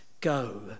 go